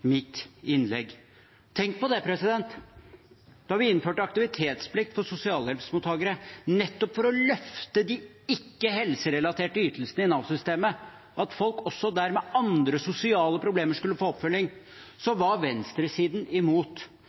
mitt innlegg. Da vi innførte aktivitetsplikt for sosialhjelpsmottakere nettopp for å løfte de ikke-helserelaterte ytelsene i Nav-systemet, slik at også folk med andre sosiale problemer skulle få oppfølging, var venstresiden imot.